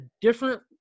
different